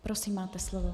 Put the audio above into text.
Prosím, máte slovo.